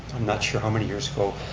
i'm not sure how many years ago,